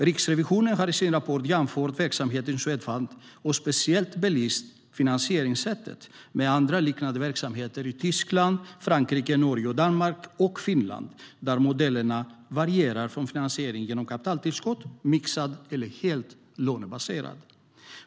Riksrevisionen har i sin rapport jämfört verksamheten i Swedfund och speciellt belyst finansieringssättet med andra liknade verksamheter i Tyskland, Frankrike, Norge, Danmark och Finland, där modellerna varierar mellan finansiering genom kapitaltillskott, mixad finansiering och helt lånebaserad finansiering.